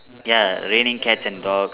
ya raining cats and dogs